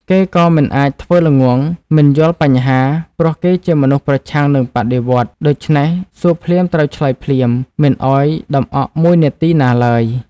គេក៏មិនអាចធ្វើល្ងង់ មិនយល់បញ្ហា ព្រោះគេជាមនុស្សប្រឆាំងនិងបដិវត្តន៍ ដូច្នេះ សួរភ្លាមត្រូវឆ្លើយភ្លាម មិនឱ្យដំអកមួយនាទីណាឡើយ។